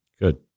good